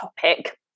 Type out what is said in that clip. topic